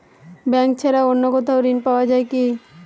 Bank ছাড়া অন্য কোথাও ঋণ পাওয়া যায় কি?